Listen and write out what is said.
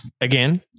Again